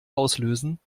auslösen